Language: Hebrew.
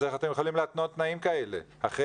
אז אתם יכולים להתנות תנאים כאלה אחרי